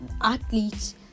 athletes